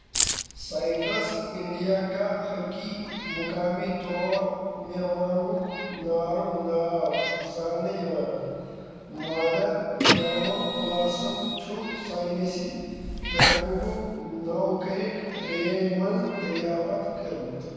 citrus India کا حقی مقامی طور میوانٛگُک نارٕگ ناو زانٛنہٕ یِوان مادَر جٔرموپٕلاسٕم چھُ ساینسی محقوٗقُق نَو کٔرِکھ رینٛج منٛز دٔریافَت کٔرمٕژ